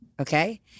Okay